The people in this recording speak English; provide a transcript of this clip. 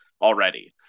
already